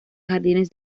jardines